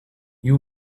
you